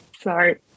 Sorry